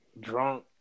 drunk